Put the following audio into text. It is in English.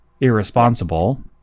irresponsible